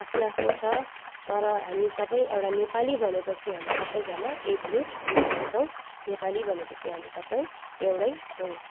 आफ्नो आफ्नो छ तर हामी सबै एउटा नेपाली भनेपछि हामी सबैजना एकजुट हुने गर्छौँ नेपाली भनेपछि हामी सबै एउटै हौँ